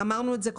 אמרנו את זה קודם,